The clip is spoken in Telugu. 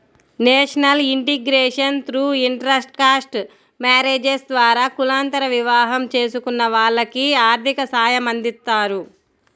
national integration through intercaste marriages ద్వారా కులాంతర వివాహం చేసుకున్న వాళ్లకి ఆర్థిక సాయమందిస్తారు